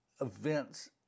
events